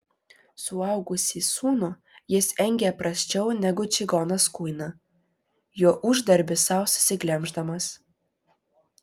suaugusį sūnų jis engė prasčiau negu čigonas kuiną jo uždarbį sau susiglemždamas